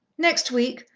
next week.